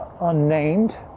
unnamed